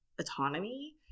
autonomy